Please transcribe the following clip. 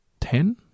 Ten